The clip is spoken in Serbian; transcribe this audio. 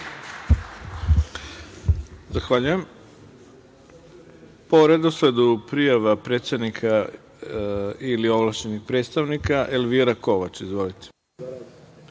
Zahvaljujem. Po redosledu prijava predsednika ili ovlašćenih predstavnika reč ima Elvira Kovač. Izvolite.